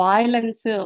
Violence